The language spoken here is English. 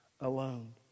alone